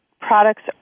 products